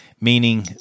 Meaning